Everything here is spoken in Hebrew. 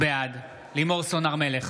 בעד לימור סון הר מלך,